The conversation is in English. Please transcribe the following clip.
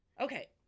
Okay